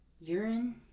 Urine